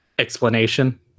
Explanation